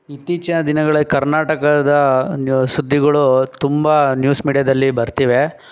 ಇತ್ತೀಚಿನ ದಿನಗಳ ಕರ್ನಾಟಕದ ಸುದ್ದಿಗಳು ತುಂಬ ನ್ಯೂಸ್ ಮೀಡ್ಯಾದಲ್ಲಿ ಬರ್ತಿವೆ